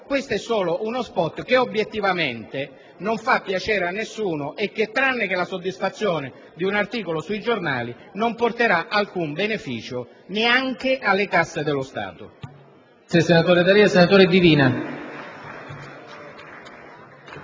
Questo è solo uno *spot* che, obiettivamente, non fa piacere a nessuno e che, tranne la soddisfazione di un articolo sui giornali, non porterà alcun beneficio neanche alle casse dello Stato.